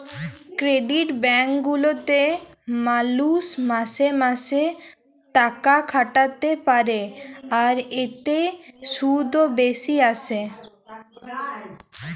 credit bank গুলাতে মালুষ মাসে মাসে তাকাখাটাতে পারে, আর এতে শুধ ও বেশি আসে